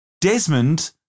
Desmond